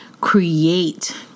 create